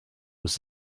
was